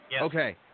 Okay